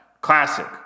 Classic